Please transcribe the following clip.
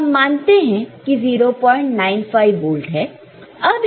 तो हम मानते हैं की 095 वोल्ट है